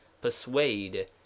persuade